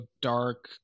dark